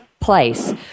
place